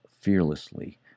fearlessly